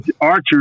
Archer